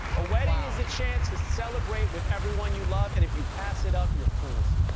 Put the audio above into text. a wedding is a chance to celebrate with everyone you love, and if you pass it up, you're fools.